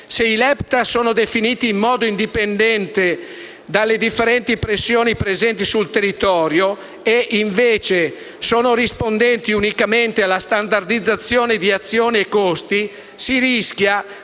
Se i LEPTA sono definiti in modo indipendente dalle differenti pressioni presenti sul territorio e, invece, sono rispondenti unicamente alla standardizzazione di azione e costi, si rischia